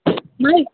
نے